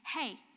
hey